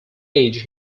age